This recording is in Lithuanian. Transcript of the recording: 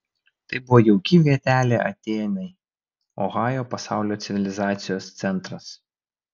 tai buvo jauki vietelė atėnai ohajo pasaulio civilizacijos centras